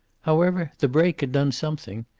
however, the break had done something.